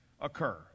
occur